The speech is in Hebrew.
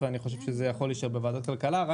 אני חושב שזה יכול להישאר בוועדת הכלכלה ורק